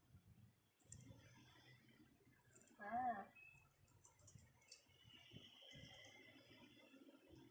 a'ah